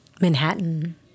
Manhattan